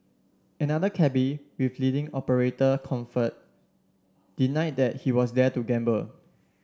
another cabby with leading operator Comfort denied that he was there to gamble